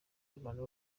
y’abantu